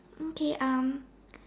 okay um